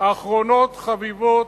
אחרונות חביבות,